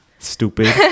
Stupid